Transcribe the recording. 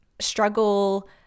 struggle